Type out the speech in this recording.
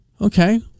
Okay